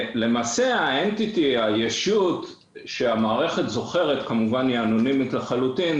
למעשה הישות שהמערכת זוכרת היא אנונימית לחלוטין.